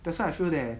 that's why I feel that